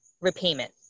repayment